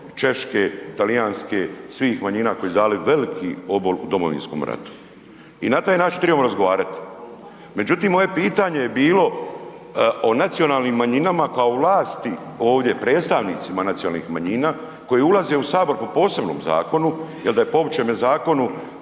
češke, talijanske, svih manjina koje su dale veliki obol u Domovinskom ratu. I na taj način trebamo razgovarati. Međutim, moje pitanje je bilo o nacionalnim manjinama kao vlasti ovdje, predstavnicima nacionalnih manjina koje ulaze u Sabor po posebnom zakonu jer da je po općem zakonu,